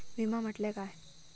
विमा म्हटल्या काय?